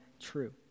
true